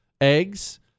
eggs